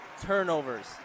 turnovers